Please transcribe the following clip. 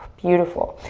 beautiful.